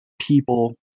people